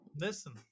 listen